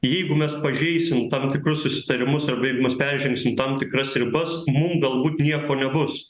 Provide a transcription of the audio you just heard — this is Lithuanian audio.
jeigu mes pažeisim tam tikrus susitarimus arba jeigu mes peržengsim tam tikras ribas mum galbūt nieko nebus